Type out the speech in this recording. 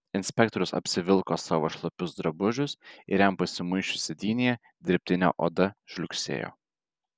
inspektorius apsivilko savo šlapius drabužius ir jam pasimuisčius sėdynėje dirbtinė oda žliugsėjo